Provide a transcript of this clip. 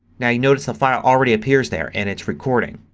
now you notice the file already appears there and it's recording.